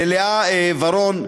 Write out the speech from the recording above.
ללאה ורון,